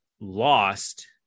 lost